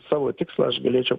savo tikslą aš galėčiau